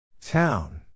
Town